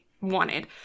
wanted